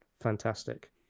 fantastic